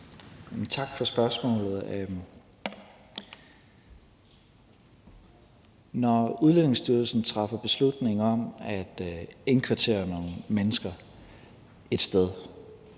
Tak for spørgsmålet. Når Udlændingestyrelsen træffer beslutning om at indkvartere nogle mennesker et sted,